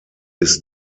ist